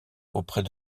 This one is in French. auprès